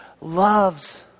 loves